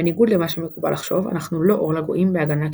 "בניגוד למה שמקובל לחשוב - אנחנו לא אור לגויים בהגנה קיברנטית",